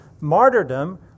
martyrdom